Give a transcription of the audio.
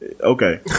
Okay